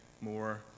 more